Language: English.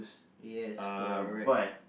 yes correct